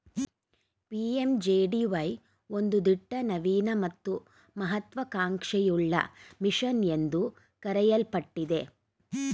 PMJDY ಒಂದು ದಿಟ್ಟ ನವೀನ ಮತ್ತು ಮಹತ್ವ ಕಾಂಕ್ಷೆಯುಳ್ಳ ಮಿಷನ್ ಎಂದು ಕರೆಯಲ್ಪಟ್ಟಿದೆ